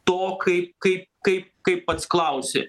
to kai kai kai kaip pats klausi